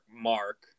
mark